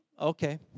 Okay